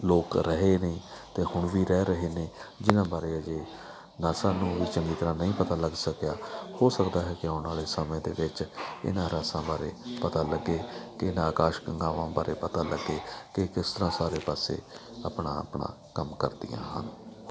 ਲੋਕ ਰਹੇ ਨੇ ਅਤੇ ਹੁਣ ਵੀ ਰਹਿ ਰਹੇ ਨੇ ਜਿਹਨਾਂ ਬਾਰੇ ਅਜੇ ਨਾਸਾ ਨੂੰ ਵੀ ਚੰਗੀ ਤਰ੍ਹਾਂ ਨਹੀਂ ਪਤਾ ਲੱਗ ਸਕਿਆ ਹੋ ਸਕਦਾ ਹੈ ਕਿ ਆਉਣ ਵਾਲੇ ਸਮੇਂ ਦੇ ਵਿੱਚ ਇਹਨਾਂ ਰਹੱਸਾਂ ਬਾਰੇ ਪਤਾ ਲੱਗੇ ਕਿਨ ਆਕਾਸ਼ ਗੰਗਾਵਾਂ ਬਾਰੇ ਪਤਾ ਲੱਗੇ ਕਿ ਕਿਸ ਤਰ੍ਹਾਂ ਸਾਰੇ ਪਾਸੇ ਆਪਣਾ ਆਪਣਾ ਕੰਮ ਕਰਦੀਆਂ ਹਨ